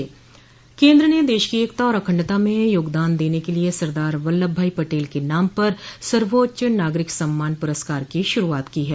केन्द्र ने देश की एकता और अखण्डता में योगदान देने के लिए सरदार वल्लभ भाई पटेल के नाम पर सर्वोच्च नागरिक सम्मान पुरस्कार की शुरूआत की है